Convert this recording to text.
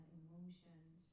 emotions